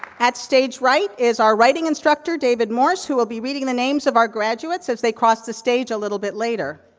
at stage right, is our writing instructor, david morse, who will be reading the names of our graduates as they cross the stage a little bit later.